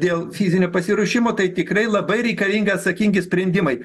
dėl fizinio pasiruošimo tai tikrai labai reikalinga atsakingi sprendimai